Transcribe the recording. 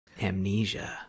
amnesia